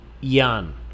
yan